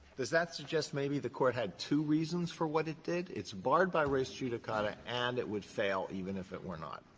does that suggest maybe the court had two reasons for what it did? it's barred by res judicata, and it would fail even if it were not.